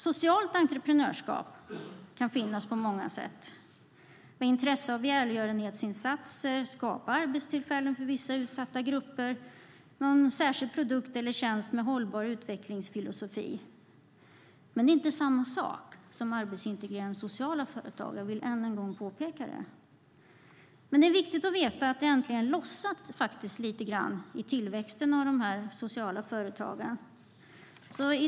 Socialt entreprenörskap kan finnas på många sätt med intresse för välgörenhetsinsatser, med intresse för att skapa arbetstillfällen för vissa utsatta grupper eller med intresse för någon särskild produkt eller tjänst med hållbar utvecklingsfilosofi. Men det är inte samma sak som arbetsintegrerande sociala företag; det vill jag ännu en gång påpeka. Det är viktigt att veta att det äntligen lossnat lite grann när det gäller tillväxten av de här sociala företagen.